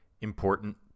important